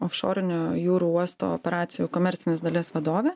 ofšorinio jūrų uosto operacijų komercinės dalies vadovė